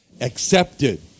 accepted